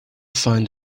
find